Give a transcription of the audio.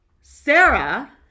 Sarah